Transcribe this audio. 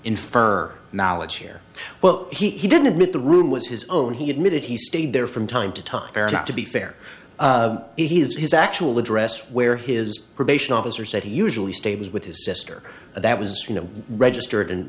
infer knowledge here well he didn't admit the room was his own he admitted he stayed there from time to time not to be fair he has his actual address where his probation officer said he usually stables with his sister that was you know registered